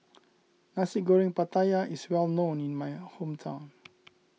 Nasi Goreng Pattaya is well known in my hometown